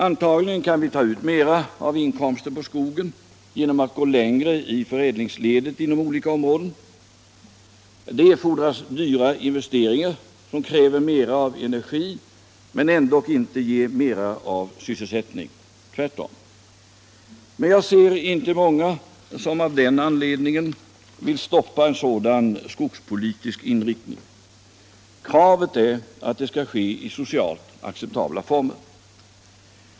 Antagligen kan vi ta ut mera av inkomster på skogen genom att gå längre i förädlingsledet inom olika områden. Det erfordras dyra investeringar, som kräver mera av energi men ändock inte ger mera av sysselsättning, tvärtom. Men jag ser inte många som av den anledningen vill stoppa en sådan skogspolitisk inriktning. Kravet är att verksamheten skall ske i socialt acceptabla former.